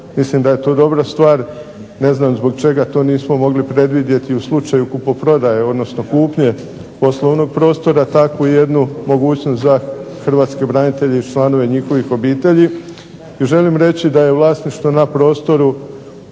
mislim da je to dobra stvar, ne znam zbog čega to nismo mogli predvidjeti u slučaju kupoprodaje, odnosno kupnje poslovnog prostora takvu jednu mogućnost za hrvatske branitelje i članove njihovih obitelji. Želim reći da je vlasništvo na prostoru